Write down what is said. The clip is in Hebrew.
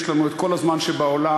יש לנו כל הזמן שבעולם.